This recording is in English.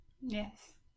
Yes